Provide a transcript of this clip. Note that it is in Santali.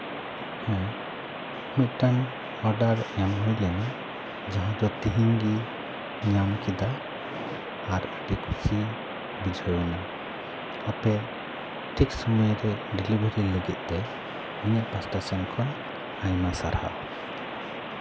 ᱦᱮᱸ ᱢᱤᱫᱴᱟᱱ ᱚᱰᱟᱨ ᱮᱢ ᱦᱩᱭ ᱞᱮᱱᱟ ᱡᱟᱦᱟᱸ ᱫᱚ ᱛᱤᱦᱤᱧ ᱜᱮ ᱧᱟᱢ ᱠᱮᱫᱟ ᱟᱨ ᱟᱹᱰᱤ ᱠᱩᱥᱤ ᱵᱩᱡᱷᱟᱹᱣ ᱮᱱᱟ ᱟᱯᱮ ᱴᱷᱤᱠ ᱥᱚᱢᱚᱭᱨᱮ ᱰᱮᱞᱤᱵᱷᱟᱨᱤ ᱞᱟᱹᱜᱤᱫ ᱛᱮ ᱤᱧᱟᱹᱜ ᱯᱟᱥᱴᱟ ᱥᱮᱱ ᱠᱷᱚᱱ ᱟᱭᱢᱟ ᱥᱟᱨᱦᱟᱣ